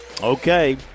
Okay